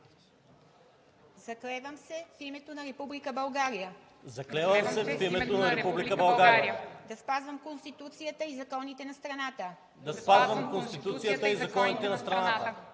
„Заклевам се в името на Република България да спазвам Конституцията и законите на страната